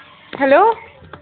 hello